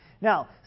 Now